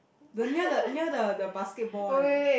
the near the near the the basketball one leh